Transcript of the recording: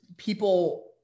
people